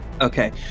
Okay